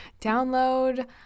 Download